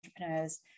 entrepreneurs